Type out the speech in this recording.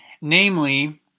namely